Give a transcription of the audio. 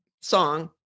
song